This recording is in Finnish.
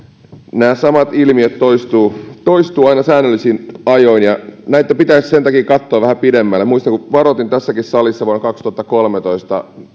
nämä samat ilmiöt toistuvat toistuvat aina säännöllisin ajoin näitä pitäisi sen takia katsoa vähän pidemmälle muistan kun varoitin tässäkin salissa vuonna kaksituhattakolmetoista